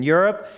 Europe